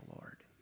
lord